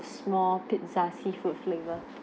small pizza seafood flavour